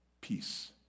Peace